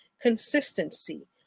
consistency